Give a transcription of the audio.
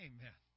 Amen